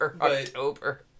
October